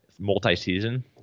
multi-season